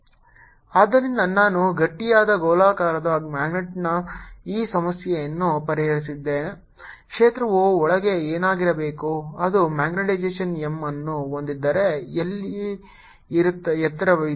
MH M3B0M M32M30 Bapplied2M300 ⇒ M 32 Bapplied0 ಆದ್ದರಿಂದ ನಾನು ಗಟ್ಟಿಯಾದ ಗೋಲಾಕಾರದ ಮ್ಯಾಗ್ನೆಟ್ನ ಈ ಸಮಸ್ಯೆಯನ್ನು ಪರಿಹರಿಸಿದ್ದೇನೆ ಕ್ಷೇತ್ರವು ಒಳಗೆ ಏನಾಗಿರಬೇಕು ಅದು ಮ್ಯಾಗ್ನೆಟೈಸೇಶನ್ M ಅನ್ನು ಹೊಂದಿದ್ದರೆ ಇಲ್ಲಿ ಎತ್ತರವಿದೆ